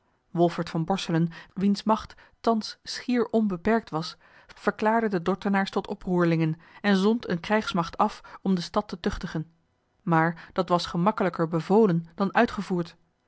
wolfert van borselen wiens macht thans schier onbeperkt was verklaarde de dordtenaars tot oproerlingen en zond eene krijgsmacht af om de stad te tuchtigen maar dat was gemakkelijker bevolen dan uitgevoerd